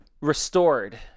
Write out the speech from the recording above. restored